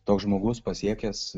toks žmogus pasiekęs